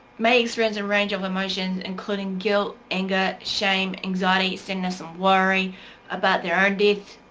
may experience a range of emotions including guilt anger, shame, anxiety so and and so worrying about their own deaths.